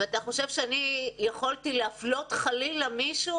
אתה חושב שאני יכולתי להפלות חלילה מישהו?